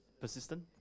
Persistent